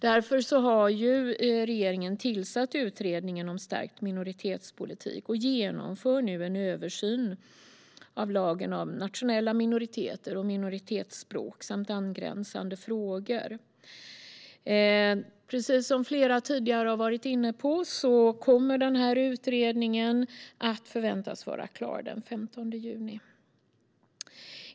Därför har regeringen tillsatt utredningen om en stärkt minoritetspolitik som genomför en översyn av lagen om nationella minoriteter och minoritetsspråk samt angränsande frågor. Precis som flera redan har varit inne på förväntas den här utredningen vara klar den 15 juni.